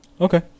Okay